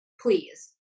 Please